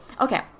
okay